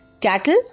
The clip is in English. Cattle